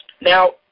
Now